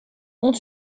ont